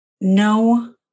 no